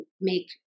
make